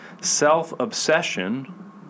Self-obsession